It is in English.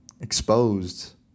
exposed